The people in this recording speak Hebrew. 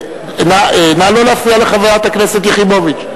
נא לא להפריע לחברת הכנסת יחימוביץ.